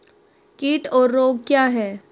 कीट और रोग क्या हैं?